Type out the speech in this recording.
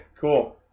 cool